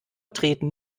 treten